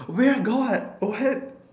where got what